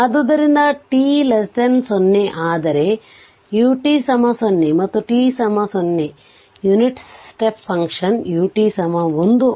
ಆದ್ದರಿಂದ t 0 ಆದರೆ u t0 ಮತ್ತು t 0 ಗೆ ಯುನಿಟ್ ಸ್ಟೆಪ್ ಫಂಕ್ಷನ್ಗಾಗಿ ut1